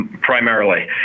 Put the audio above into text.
primarily